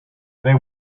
they